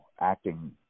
acting